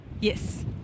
Yes